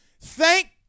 Thank